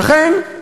ולכן,